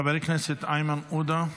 חבר הכנסת איימן עודה,